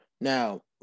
Now